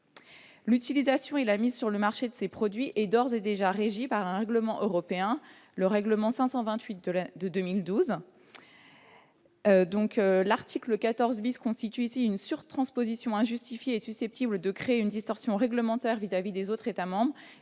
L'utilisation et la mise sur le marché de ces produits étant d'ores et déjà régies par le règlement européen n° 528/2012, l'article 14 constitue une surtransposition injustifiée susceptible de créer une distorsion réglementaire vis-à-vis des autres États membres.